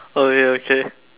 okay okay